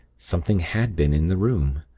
something had been in the room.